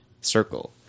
circle